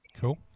cool